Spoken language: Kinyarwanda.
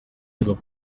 ivuga